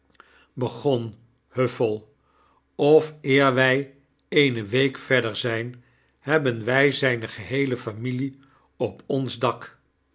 begon huffell of eer wy eene week verder zyn hebben wy zyne geheele familie op ons dak